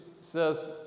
says